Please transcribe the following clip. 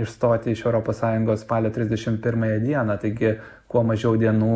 išstoti iš europos sąjungos spalio trisdešimt pirmąją dieną taigi kuo mažiau dienų